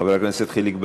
חבר הכנסת חיליק בר.